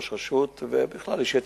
ראש רשות ובכלל אישי ציבור.